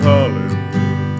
Hollywood